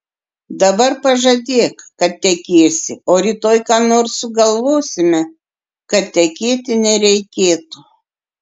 dabar pažadėk kad tekėsi o rytoj ką nors sugalvosime kad tekėti nereikėtų